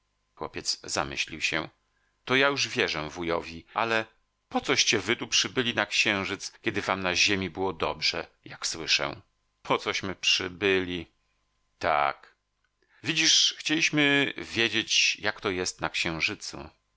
chłopiec zamyślił się to ja już wierzę wujowi ale po coście wy tu przybyli na księżyc kiedy wam na ziemi było dobrze jak słyszę pocośmy przybyli tak widzisz chcieliśmy wiedzieć jak to jest na księżycu